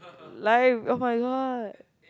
life oh-my-god